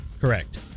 Correct